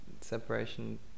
separation